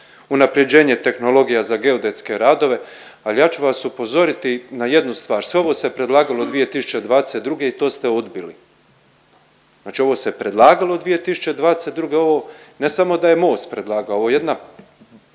unapređenje tehnologija za geodetske radova, ali ja ću vas upozoriti na jednu stvar, sve ovo se predlagalo 2022. i to ste odbili. Znači ovo se predlagalo 2022. ovo ne samo da je Most predlagao ovo je